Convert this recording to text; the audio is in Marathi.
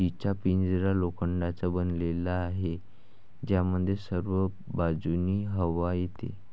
जीचा पिंजरा लोखंडाचा बनलेला आहे, ज्यामध्ये सर्व बाजूंनी हवा येते